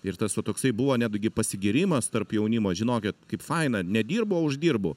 ir tas va toksai buvo netgi pasigyrimas tarp jaunimo žinokit kaip faina nedirbu o uždirbu